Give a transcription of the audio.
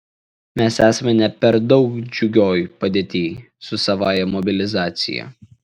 mes esame ne per daug džiugioj padėty su savąja mobilizacija